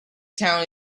town